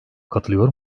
katılıyor